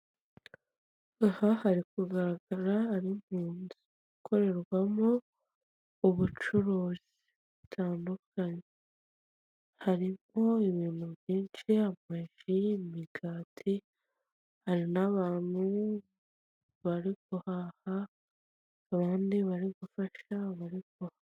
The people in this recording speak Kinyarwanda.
Aha hari kugaragara ari mu nzu ikorerwamo ubucuruzi butandukanye harimo ibintu byishi amafi, imigati, hari n'abantu bari guhaha abandi bari gufasha abari guhaha.